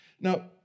Now